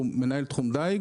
הוא מנהל תחום דיג,